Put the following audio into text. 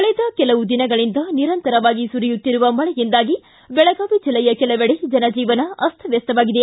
ಕಳೆದ ಕೆಲವು ದಿನಗಳಿಂದ ನಿರಂತರವಾಗಿ ಸುರಿಯುತ್ತಿರುವ ಮಳೆಯಿಂದಾಗಿ ಬೆಳಗಾವಿ ಜಿಲ್ಲೆಯ ಕೆಲವೆಡೆ ಜನಜೀವನ ಅಸ್ತವ್ಯಸ್ತವಾಗಿದೆ